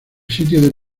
sitio